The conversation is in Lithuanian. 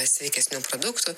sveikesnių produktų